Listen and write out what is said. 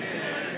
אבי,